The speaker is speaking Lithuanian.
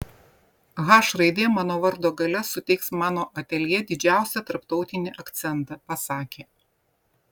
h raidė mano vardo gale suteiks mano ateljė didžiausią tarptautinį akcentą pasakė